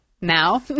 now